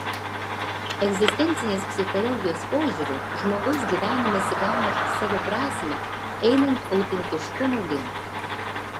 egzistencinės psichologijos požiūriu žmogaus gyvenimas įgauna savo prasmę einant autentiškumo link